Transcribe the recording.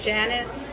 Janice